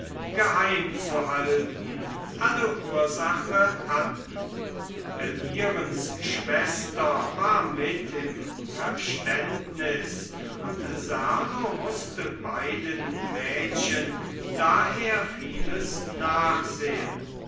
geheimzuhalten alle ursache hatten elmirens schwester war mit im verständnis und serlo mußte beiden mädchen daher vieles nachsehen